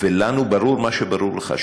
ולנו ברור מה שברור לך,